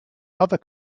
other